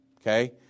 Okay